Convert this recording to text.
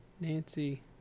Nancy